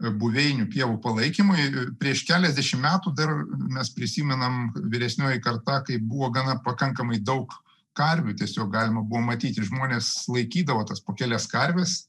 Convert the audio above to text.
buveinių pievų palaikymui prieš keliasdešimt metų dar mes prisimenam vyresnioji karta kai buvo gana pakankamai daug karvių tiesiog galima buvo matyti žmonės laikydavo tas po kelias karves